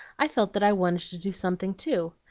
i felt that i wanted to do something too.